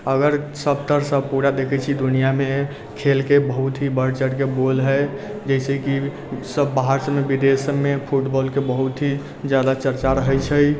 अगर सभतरहसँ पूरा देखैत छी दुनिआँमे खेलके बहुत ही बढ़ चढ़के बोल हइ जइसेकि सभ बाहरसभमे विदेशसभमे फुटबॉलके बहुत ही ज्यादा चर्चा रहैत छै